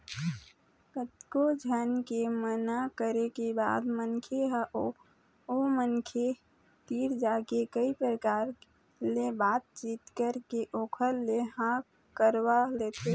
कतको झन के मना करे के बाद मनखे ह ओ मनखे तीर जाके कई परकार ले बात चीत करके ओखर ले हाँ करवा लेथे